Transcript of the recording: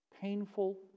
Painful